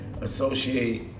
associate